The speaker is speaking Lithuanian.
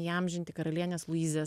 įamžinti karalienės luizės